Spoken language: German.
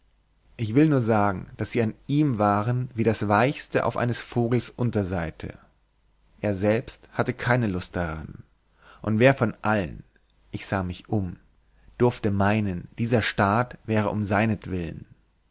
ich will nur sagen daß sie an ihm waren wie das weicheste auf eines vogels unterseite er selbst hatte keine lust daran und wer von allen ich sah mich um durfte meinen dieser staat wäre um seinetwillen